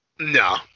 No